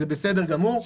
זה בסדר גמור,